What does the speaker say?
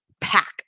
pack